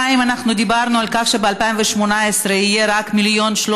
2. אנחנו דיברנו על כך שב-2018 יהיה רק 1.3 מיליארד,